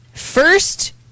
First